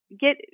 get